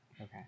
Okay